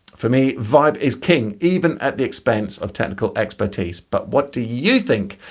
for me vibe is king even at the expense of technical expertise, but what do you think?